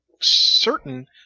certain